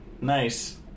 Nice